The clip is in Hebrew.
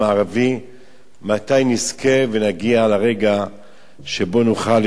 מתי נזכה ונגיע לרגע שבו נוכל להתפלל בכותל המערבי?